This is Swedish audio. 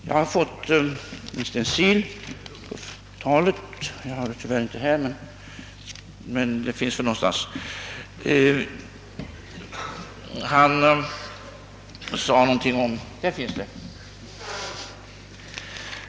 Jag har fått en stencil av talet.